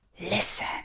Listen